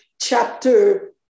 chapter